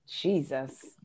jesus